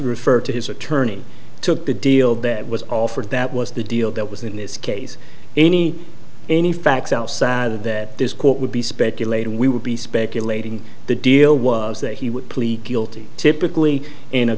referred to his attorney took the deal that was offered that was the deal that was in this case any any facts outside of that this court would be speculating we would be speculating the deal was that he would plead guilty typically in a